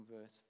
verse